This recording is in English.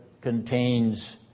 contains